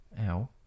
ow